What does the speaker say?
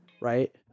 right